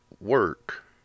work